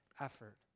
effort